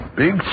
big